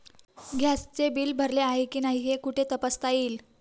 गॅसचे बिल भरले आहे की नाही हे कुठे तपासता येईल?